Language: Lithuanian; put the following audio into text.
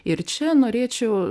ir čia norėčiau